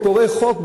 כפורעי חוק.